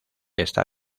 está